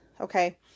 Okay